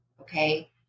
Okay